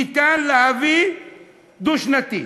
ניתן להביא דו-שנתי.